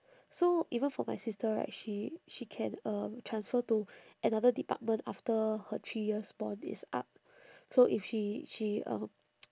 so even for my sister right she she can um transfer to another department after her three years bond is up so if she she um